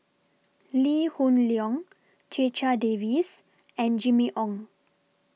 Lee Hoon Leong Checha Davies and Jimmy Ong